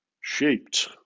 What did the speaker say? shaped